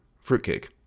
fruitcake